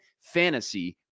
fantasy